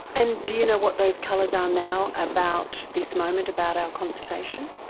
and do you know what those colours are now, about this moment, about our conversation?